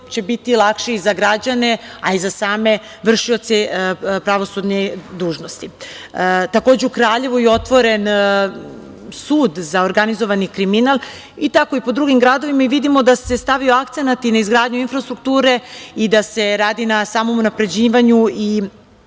će biti lakše i za građane, a i za same vršioce pravosudne dužnosti. Takođe u Kraljevu je otvoren sud za organizovani kriminal i tako i po drugim gradovima, i vidimo da se stavlja akcenat i na izgradnju infrastrukture, i da se radi na samom unapređivanju,